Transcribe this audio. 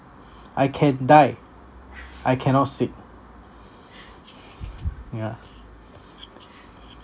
I can die I cannot sick yeah